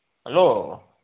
hello